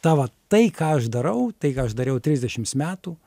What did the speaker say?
tą vat tai ką aš darau tai ką aš dariau trisdešims metų